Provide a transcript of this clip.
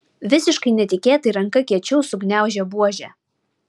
visiškai netikėtai ranka kiečiau sugniaužė buožę